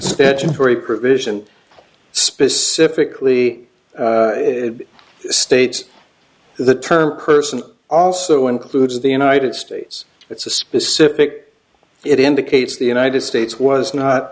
statutory provision specifically states the term person also includes the united states it's a specific it indicates the united states was not